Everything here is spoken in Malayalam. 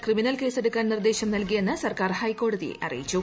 ക്രിമിനൽ കേസെടുക്കാൻ നിർദ്ദേശം നൽകിയെന്ന് സർക്കാർ ഹൈക്കോടതിയെ അറിയിച്ചു